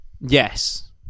yes